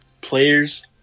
players